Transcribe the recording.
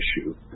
issue